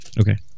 Okay